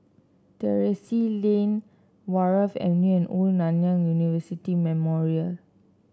Terrasse Lane Wharf Avenue and Old Nanyang University Memorial